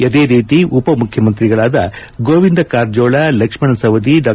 ಅದೇ ರೀತಿ ಉಪ ಮುಖ್ಯಮಂತ್ರಿಗಳಾದ ಗೋವಿಂದ ಕಾರಜೋಳ ಲಕ್ಷ್ನಣ ಸವದಿ ಡಾ